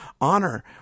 honor